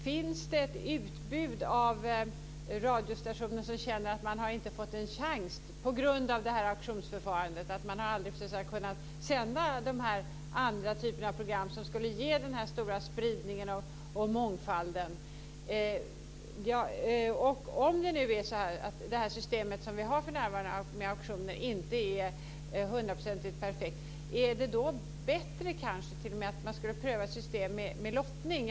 Finns det ett utbud av radiostationer som känner att man inte har fått en chans på grund av auktionsförfarandet, att man aldrig har kunnat sända den andra typen av program som skulle ge den här stora spridningen och mångfalden? Om det system med auktioner som vi har för närvarande inte är hundraprocentigt perfekt, är det bättre att pröva ett system med lottning?